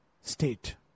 state